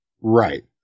Right